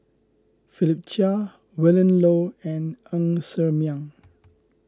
Philip Chia Willin Low and Ng Ser Miang